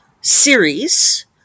series